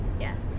Yes